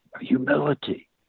Humility